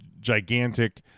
gigantic